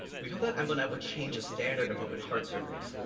we hope that embonet would change the standard of open-heart surgeries,